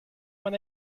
when